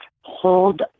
Hold